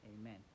Amen